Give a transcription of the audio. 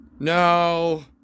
No